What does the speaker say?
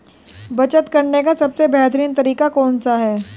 बचत करने का सबसे बेहतरीन तरीका कौन सा है?